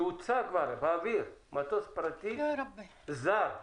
שהוצא כבר, באוויר, מטוס פרטי זר.